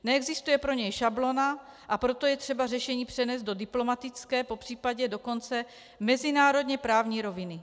Neexistuje pro něj šablona, a proto je třeba řešení přenést do diplomatické, popřípadě dokonce mezinárodněprávní roviny.